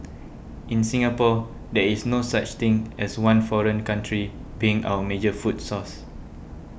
in Singapore there is no such thing as one foreign country being our major food source